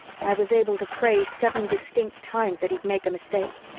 i was able to pray seven distinct times that he'd make a mistake.